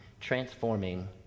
transforming